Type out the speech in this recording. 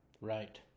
Right